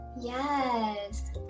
yes